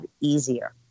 easier